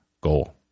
goal